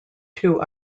two